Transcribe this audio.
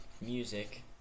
Music